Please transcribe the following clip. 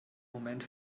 moment